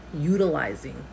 utilizing